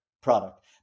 product